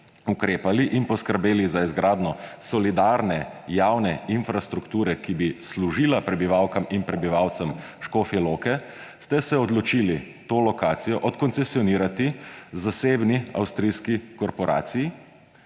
ukrepali in poskrbeli za izgradnjo solidarne javne infrastrukture, ki bi služila prebivalkam in prebivalcem Škofje Loke, ste se odločili to lokacijo odkoncesionirati zasebni avstrijski korporaciji,